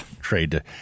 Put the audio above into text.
trade